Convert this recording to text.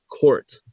court